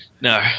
No